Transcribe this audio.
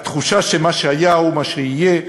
התחושה שמה שהיה הוא מה שיהיה,